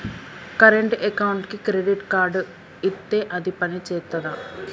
Current అకౌంట్కి credit card ఇత్తే అది పని చేత్తదా?